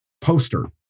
poster